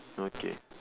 okay